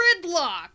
gridlock